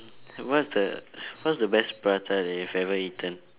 what's the what's the best prata that you've ever eaten